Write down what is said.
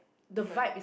different